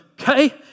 okay